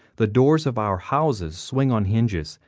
the doors of our houses swing on hinges.